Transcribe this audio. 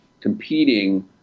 competing